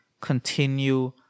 Continue